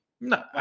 No